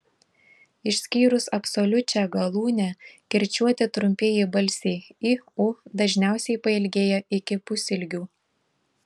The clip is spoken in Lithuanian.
išskyrus absoliučią galūnę kirčiuoti trumpieji balsiai i u dažniausiai pailgėja iki pusilgių